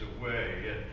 away